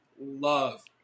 love